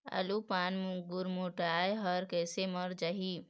आलू पान गुरमुटाए हर कइसे मर जाही?